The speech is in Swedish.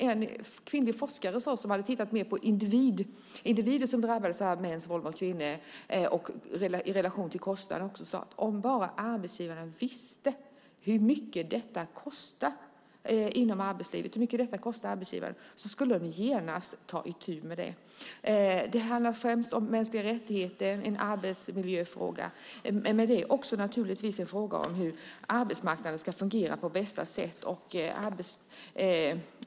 En kvinnlig forskare som hade tittat mer på individer som drabbas av mäns våld mot kvinnor i relation till kostnad sade: Om bara arbetsgivarna visste hur mycket detta kostar arbetsgivare inom arbetslivet skulle de genast ta itu med det. Det handlar främst om mänskliga rättigheter, en arbetsmiljöfråga, men det är naturligtvis också en fråga om hur arbetsmarknaden ska fungera på bästa sätt.